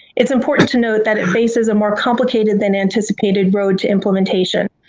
it's important to note that it faces a more complicated than anticipated road to implementation,